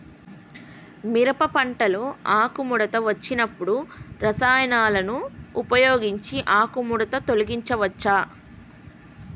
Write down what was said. మిరప పంటలో ఆకుముడత వచ్చినప్పుడు రసాయనాలను ఉపయోగించి ఆకుముడత తొలగించచ్చా?